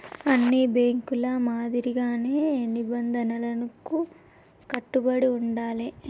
అన్ని బ్యేంకుల మాదిరిగానే నిబంధనలకు కట్టుబడి ఉండాలే